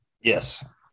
Yes